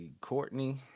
Courtney